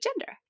gender